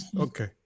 Okay